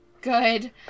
Good